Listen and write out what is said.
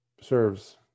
serves